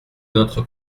notre